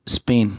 Spain